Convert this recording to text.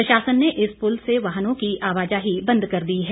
प्रशासन ने इस पुल से वाहनों की आवाजाही बंद कर दी है